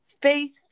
faith